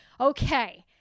Okay